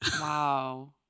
Wow